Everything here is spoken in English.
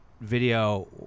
video